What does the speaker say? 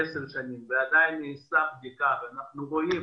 10 שנים ועדיין נעשתה בדיקה ואנחנו רואים